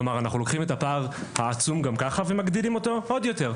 כלומר אנחנו לוקחים את הפער העצום גם כך ומגדילים אותו עוד יותר.